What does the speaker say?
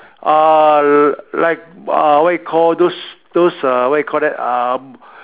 uh like uh what you call those those uh what we call that um